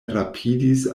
rapidis